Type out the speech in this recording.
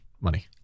money